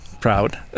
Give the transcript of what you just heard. proud